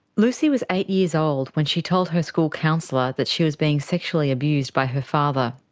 lucy was eight years old when she told her school counsellor that she was being sexually abused by her father.